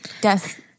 death-